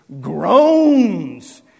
groans